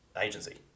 agency